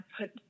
put